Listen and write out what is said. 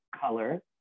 color